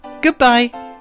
Goodbye